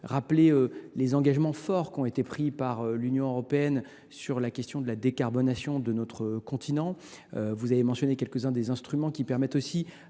rappelé les engagements forts qu’a pris l’Union européenne sur la question de la décarbonation de notre continent. Vous avez mentionné quelques uns des instruments qui permettent à